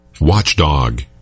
Watchdog